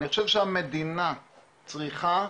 ואני חושב שהמדינה צריכה,